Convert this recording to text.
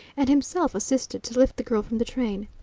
and himself assisted to lift the girl from the train.